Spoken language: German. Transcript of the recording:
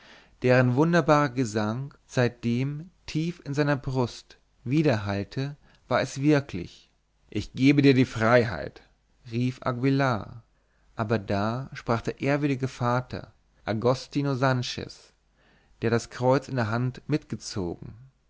deren wunderbarer gesang seitdem tief in seiner brust widerhallte war es wirklich ich gebe dir die freiheit rief aguillar aber da sprach der ehrwürdige vater agostino sanchez der das kreuz in der hand mitgezogen